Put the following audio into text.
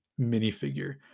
minifigure